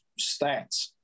stats